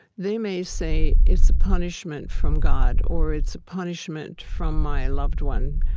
they may say, it's a punishment from god, or it's a punishment from my loved one.